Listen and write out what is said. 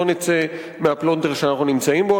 לא נצא מהפלונטר שאנחנו נמצאים בו.